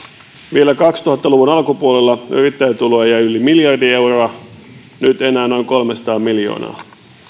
vielä kaksituhatta luvun alkupuolella yrittäjätuloa jäi yli miljardi euroa nyt enää noin kolmesataa miljoonaa